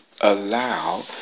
allow